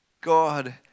God